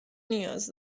نیاز